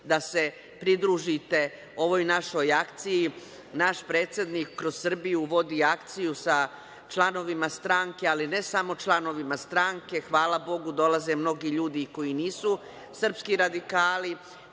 da se pridružite ovoj našoj akciji. Naš predsednik kroz Srbiju vodi akciju sa članovima stranke, ali ne samo članovima stranke, hvala Bogu, dolaze mnogi ljudi koji nisu srpski radikali,